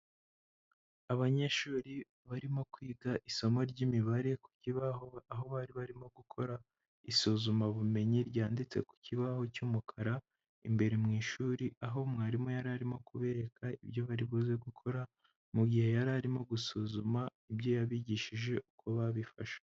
Abanyeshuri barimo kwiga isomo ry'imibare ku kibaho, aho bari barimo gukora isuzumabumenyi ryanditse ku kibaho cy'umukara imbere mu ishuri, aho mwarimu yari arimo kubereka ibyo bari buze gukora mu gihe yari arimo gusuzuma ibyo yabigishije ko babifashe.